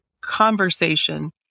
conversation